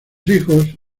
hijos